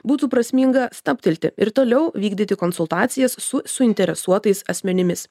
būtų prasminga stabtelti ir toliau vykdyti konsultacijas su suinteresuotais asmenimis